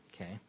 Okay